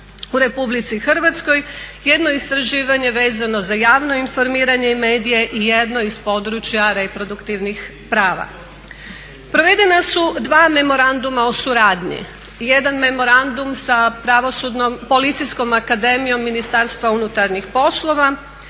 u RH, jedno istraživanje vezano za javno informiranje i medije i jedno iz područja reproduktivnih prava. Provedena su dva memoranduma o suradnji, jedan memorandum sa Pravosudnom policijskom akademijom Ministarstva unutarnjih poslova